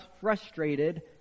frustrated